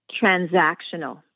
transactional